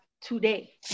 today